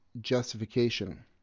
justification